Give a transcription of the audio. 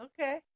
Okay